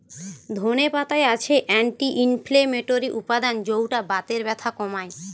ধনে পাতায় আছে অ্যান্টি ইনফ্লেমেটরি উপাদান যৌটা বাতের ব্যথা কমায়